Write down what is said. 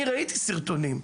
אני ראיתי סרטונים.